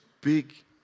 big